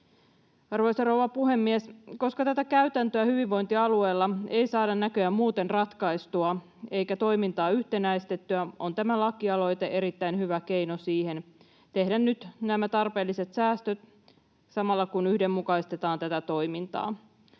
Arvoisa rouva puhemies! Koska tätä käytäntöä hyvinvointialueilla ei saada näköjään muuten ratkaistua eikä toimintaa yhtenäistettyä, on tämä lakialoite erittäin hyvä keino siihen, että tehdään nyt nämä tarpeelliset säästöt samalla kun yhdenmukaistetaan tätä toimintaa.